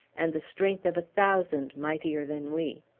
and the strength of a thousand mightier than we.